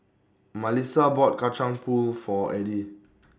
Malissa bought Kacang Pool For Eddy